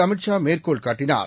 அமித்ஷாமேற்கோள்காட்டினார்